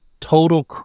total